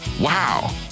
wow